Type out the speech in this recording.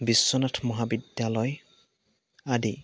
বিশ্বনাথ মহাবিদ্যালয় আদি